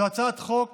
זו הצעת חוק